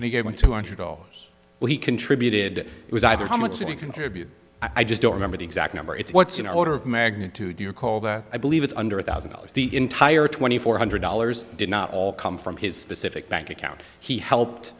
and he gave one two hundred oh well he contributed it was either how much you contribute i just don't remember the exact number it's what's an order of magnitude you call that i believe it's under a thousand dollars the entire twenty four hundred dollars did not all come from his specific bank account he helped